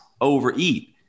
overeat